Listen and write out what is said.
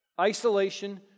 Isolation